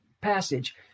passage